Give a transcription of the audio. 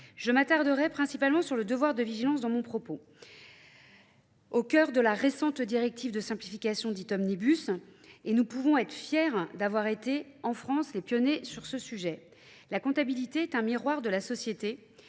Je m'attarderai principalement sur le devoir de vigilance dans mon propos. au cœur de la récente directive de simplification dite Omnibus, et nous pouvons être fiers d'avoir été, en France, les pionner sur ce sujet. La comptabilité est un miroir de la société,